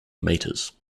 meters